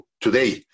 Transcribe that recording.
today